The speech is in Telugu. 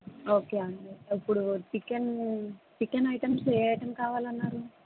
ఓకే అండి ఇప్పుడు చికెన్ చికెన్ ఐటెమ్సు ఏ ఐటమ్ కావాలన్నారు